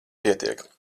pietiek